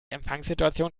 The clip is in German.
empfangssituation